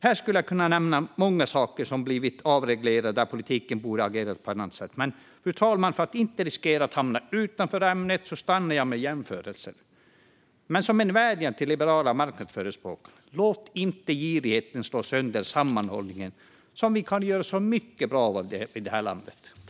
Här skulle jag kunna nämna många saker som blivit avreglerade och där politiken borde ha agerat på ett annat sätt. För att inte riskera att hamna utanför ämnet, fru talman, stannar jag dock med jämförelser. Men som en vädjan till liberala marknadsförespråkare: Låt inte girigheten slå sönder sammanhållningen, som vi kan göra så mycket bra av i det här landet!